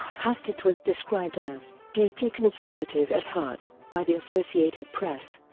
hastert was described as deeply conservative at heart by the associated press.